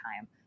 time